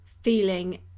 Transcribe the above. feeling